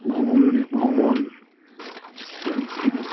ভ্রমণ ভ্রমণ